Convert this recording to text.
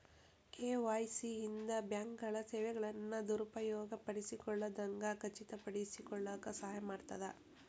KYC ಇಂದ ಬ್ಯಾಂಕ್ಗಳ ಸೇವೆಗಳನ್ನ ದುರುಪಯೋಗ ಪಡಿಸಿಕೊಳ್ಳದಂಗ ಖಚಿತಪಡಿಸಿಕೊಳ್ಳಕ ಸಹಾಯ ಮಾಡ್ತದ